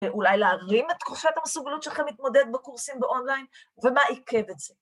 ואולי להרים את כוחות המסוגלות שלכם להתמודד בקורסים באונליין, ומה עיכב את זה.